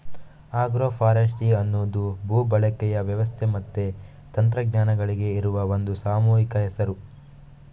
agro forestry ಅನ್ನುದು ಭೂ ಬಳಕೆಯ ವ್ಯವಸ್ಥೆ ಮತ್ತೆ ತಂತ್ರಜ್ಞಾನಗಳಿಗೆ ಇರುವ ಒಂದು ಸಾಮೂಹಿಕ ಹೆಸರು